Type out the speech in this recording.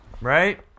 right